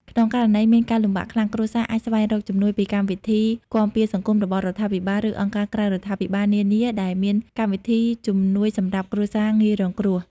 ក្នុងករណីមានការលំបាកខ្លាំង គ្រួសារអាចស្វែងរកជំនួយពីកម្មវិធីគាំពារសង្គមរបស់រដ្ឋាភិបាល ឬអង្គការក្រៅរដ្ឋាភិបាលនានាដែលមានកម្មវិធីជំនួយសម្រាប់គ្រួសារងាយរងគ្រោះ។